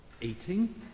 Eating